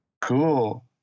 Cool